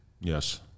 Yes